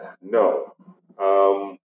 no